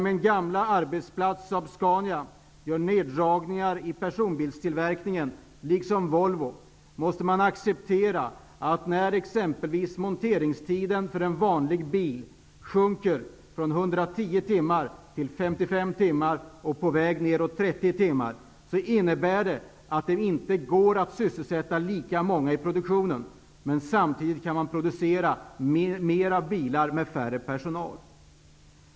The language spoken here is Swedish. Min gamla arbetsplats Saab-Scania gör neddragningar i personbilstillverkningen, liksom Volvo. Man måste acceptera, att när t.ex. monteringstiden för en vanlig bil sjunker från 110 timmar till 55 timmar, på väg ner till 30 timmar, innebär det att det inte går att sysselsätta lika många i produktionen. Men samtidigt kan fler bilar produceras med hjälp av färre anställda.